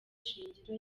shingiro